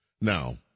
Now